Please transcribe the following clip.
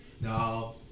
now